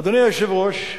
אדוני היושב-ראש,